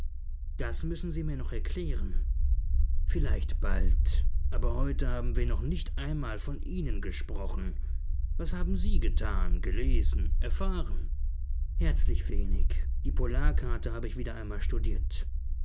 das müssen sie mir noch erklären vielleicht bald aber heute haben wir noch nicht einmal von ihnen gesprochen was haben sie getan gelesen erfahren herzlich wenig die polarkarte habe ich wieder einmal studiert